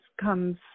comes